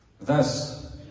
thus